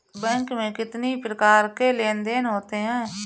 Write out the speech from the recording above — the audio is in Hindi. बैंक में कितनी प्रकार के लेन देन देन होते हैं?